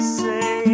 say